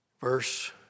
Verse